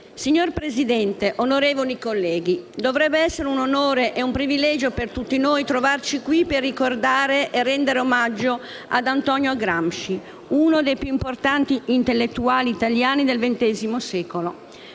Signor Presidente, onorevoli colleghi, dovrebbe essere un onore e un privilegio per tutti noi trovarci qui per ricordare e rendere omaggio ad Antonio Gramsci, uno dei più importanti intellettuali italiani del ventesimo